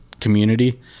community